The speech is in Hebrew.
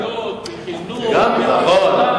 דיברתי על תשתיות, חינוך, נכון.